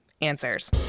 answers